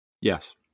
Yes